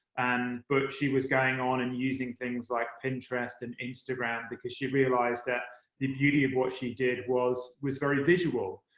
and but she was going on and using things like pinterest and instagram because she realised the beauty of what she did was was very visual.